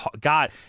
God